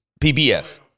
PBS